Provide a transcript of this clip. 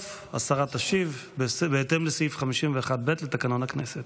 בסוף השרה תשיב בהתאם לסעיף 51ב לתקנון הכנסת.